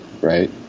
right